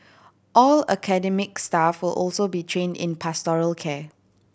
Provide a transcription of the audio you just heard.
all academic staff will also be trained in pastoral care